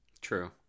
True